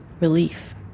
relief